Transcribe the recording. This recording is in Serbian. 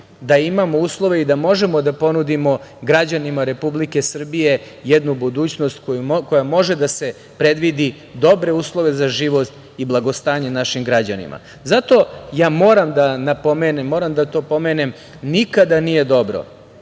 da imamo uslove i da možemo da ponudimo građanima Republike Srbije jednu budućnost koja može da se predvidi, dobre uslove za život i blagostanje našim građanima. Zato moram da to pomenem, nikada nije dobro